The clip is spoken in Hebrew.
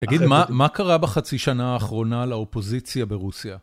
תגיד, מה קרה בחצי שנה האחרונה לאופוזיציה ברוסיה?